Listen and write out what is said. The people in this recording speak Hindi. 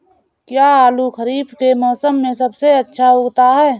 क्या आलू खरीफ के मौसम में सबसे अच्छा उगता है?